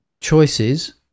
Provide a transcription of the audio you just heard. choices